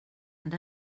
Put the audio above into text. and